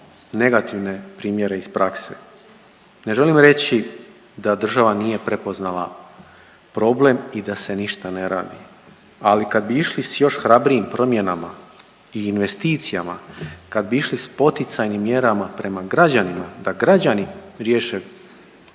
negativne primjere iz prakse. Ne želim reći da država nije prepoznala problem i da se ništa ne radi, ali kad bi išli sa još hrabrijim promjenama i investicijama, kad bi išli sa poticajnim mjerama prema građanima, da građani riješe